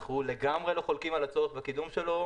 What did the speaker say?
אנחנו לגמרי לא חולקים על הצורך בקידום שלו,